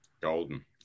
Golden